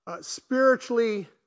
spiritually